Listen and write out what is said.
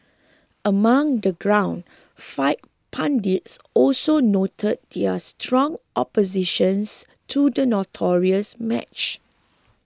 among the ground fight pundits also noted their strong opposition to the notorious match